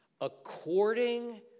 According